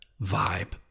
vibe